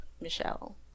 Michelle